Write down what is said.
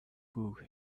book